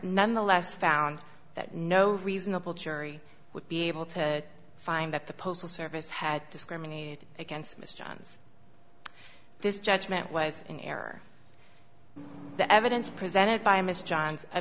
nonetheless found that no reasonable jury would be able to find that the postal service had discriminated against mr johns this judgment was in error the evidence presented by mr johns